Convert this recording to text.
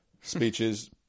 speeches